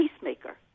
peacemaker